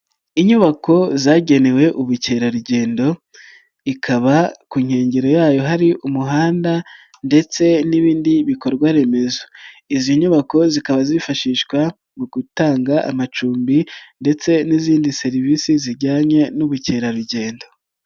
Inyubako zagenewe ubukerarugendo ikaba ku nkengero yayo hari umuhanda ndetse n'ibindi bikorwaremezo, izi nyubako zikaba zifashishwa mu gutanga amacumbi ndetse n'izindi serivisi zijyanye n'ubukerarugendo.